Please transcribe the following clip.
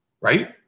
right